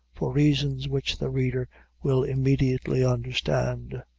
for reasons which the reader will immediately understand.